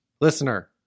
Listener